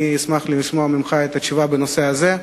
אני אשמח לשמוע ממך את התשובה בנושא הזה.